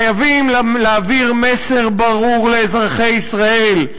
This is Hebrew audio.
חייבים להעביר מסר ברור לאזרחי ישראל: